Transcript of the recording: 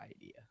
idea